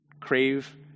Crave